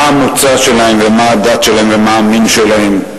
מה המוצא שלהם, מה הדת שלהם ומה המין שלהם,